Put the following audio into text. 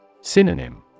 Synonym